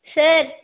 sir